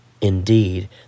Indeed